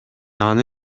аны